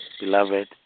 Beloved